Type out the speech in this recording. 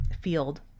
field